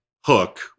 hook